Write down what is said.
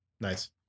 Nice